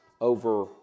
over